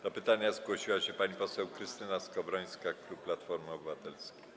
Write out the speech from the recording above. Do pytania zgłosiła się pani poseł Krystyna Skowrońska, klub Platforma Obywatelska.